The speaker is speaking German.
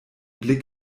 blick